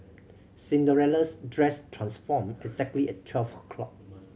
Cinderella's dress transformed exactly at twelve o'clock